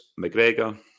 McGregor